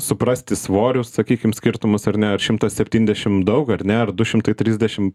suprasti svorius sakykim skirtumus ar ne ar šimtas septyndešim daug ar ne ar du šimtai trisdešim